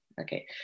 okay